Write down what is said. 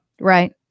Right